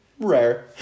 Rare